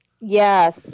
Yes